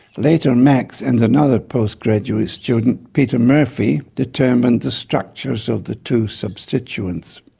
later max and another postgraduate student, peter murphy determined the structures of the two substituents.